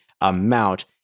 amount